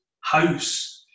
house